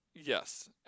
Yes